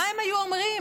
מה הם היו אומרים?